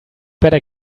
better